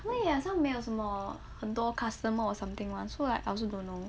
ya 没有什么很多 customer or something [one] so like I also don't know